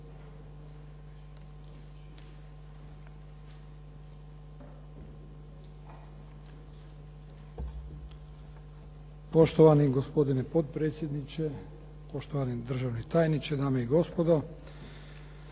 Poštovani gospodine potpredsjedniče, poštovani državni tajniče, dame i gospodo.